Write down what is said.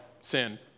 sin